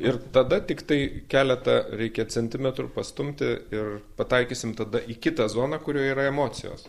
ir tada tiktai keletą reikia centimetrų pastumti ir pataikysim tada į kitą zoną kurioj yra emocijos